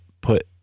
put